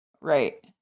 Right